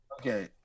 Okay